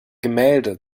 gemälde